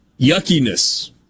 yuckiness